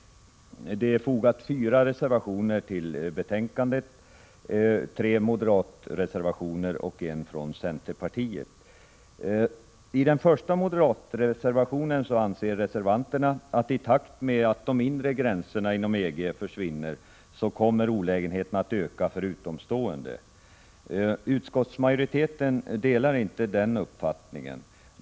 Till betänkandet är det fogat fyra reservationer, tre reservationer från moderaterna och en reservation från centerpartiet. I den första reservationen från moderaterna anser reservanterna, att i takt med att de inre gränserna inom EG försvinner, kommer olägenheterna att Prot. 1986/87:136 öka för utomstående. Utskottsmajoriteten delar inte denna uppfattning.